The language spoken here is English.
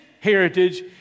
heritage